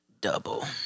Double